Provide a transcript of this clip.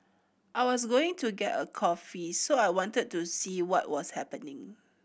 I was going to get a coffee so I wanted to see what was happening